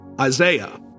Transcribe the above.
Isaiah